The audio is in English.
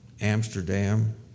Amsterdam